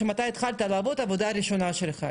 כשהתחלת לעבוד עבודה ראשונה שלך,